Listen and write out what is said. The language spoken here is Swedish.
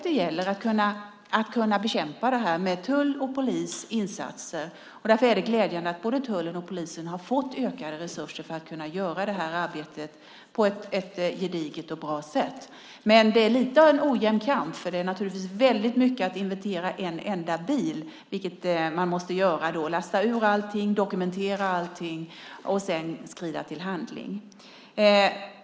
Det gäller att kunna bekämpa det med tullens och polisens insatser. Därför är det glädjande att både tullen och polisen har fått ökade resurser för att kunna göra det arbetet på ett gediget och bra sätt. Det är lite av en ojämn kamp, för det är naturligtvis väldigt mycket att inventera en enda bil. Man måste lasta ur allting, dokumentera allting och sedan skrida till handling.